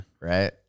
Right